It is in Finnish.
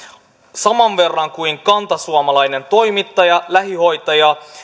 saman verran kuin kantasuomalainen toimittaja lähihoitaja